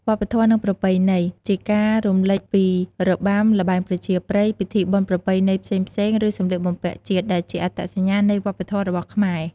វប្បធម៌ និងប្រពៃណីជាការរំលេចពីរបាំ ល្បែងប្រជាប្រិយ ពិធីបុណ្យប្រពៃណីផ្សេងៗ ឬសម្លៀកបំពាក់ជាតិ ដែលជាអត្តសញ្ញាណនៃវប្បធម៌របស់ខ្មែរ។